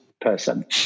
person